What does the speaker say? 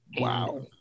Wow